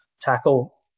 tackle